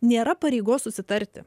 nėra pareigos susitarti